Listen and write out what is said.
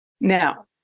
Now